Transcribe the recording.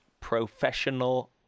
professional